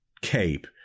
cape